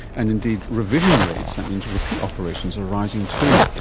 and indeed, revision rates, that means repeat operations, are rising too.